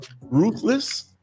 ruthless